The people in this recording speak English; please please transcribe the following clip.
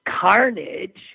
carnage